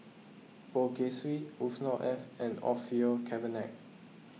Poh Kay Swee Yusnor Ef and Orfeur Cavenagh